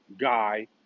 guy